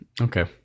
okay